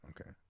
Okay